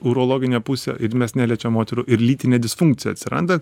urologinė pusė ir mes neliečiam moterų ir lytinė disfunkcija atsiranda